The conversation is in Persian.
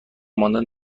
ماندن